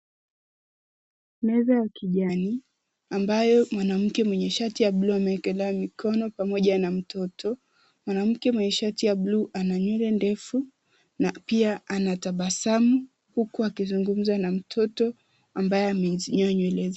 Meza ya kijani ambayo mwanamke mwenye shati ya bluu amewekelea mikono pamoja na mtoto. Mwanamke mwenye shati ya bluu ana nywele ndefu na pia anatabasamu huku akizungumza na mtoto ambaye amenyoa nywele zake.